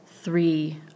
three